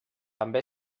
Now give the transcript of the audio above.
també